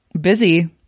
busy